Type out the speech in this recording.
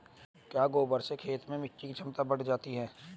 क्या गोबर से खेत में मिटी की क्षमता बढ़ जाती है?